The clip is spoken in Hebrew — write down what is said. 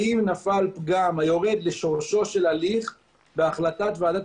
האם נפל פגם היורד לשורשו של הליך בהחלטת ועדת